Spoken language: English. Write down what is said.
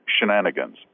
shenanigans